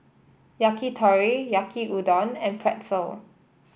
Yakitori Yaki Udon and Pretzel